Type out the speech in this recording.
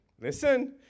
Listen